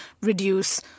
reduce